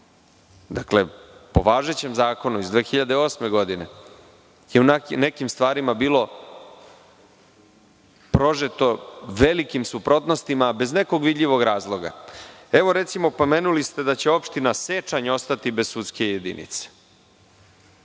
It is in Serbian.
stanje, po važećem zakonu iz 2008. godine je u nekim stvarima bilo prožeto velikim suprotnostima bez nekog vidljivog razloga. Evo, recimo, pomenuli ste da će opština Sečanj ostati bez sudske jedinice.